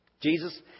Jesus